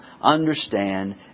understand